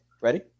Ready